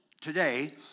today